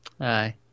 Aye